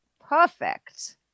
perfect